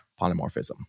polymorphism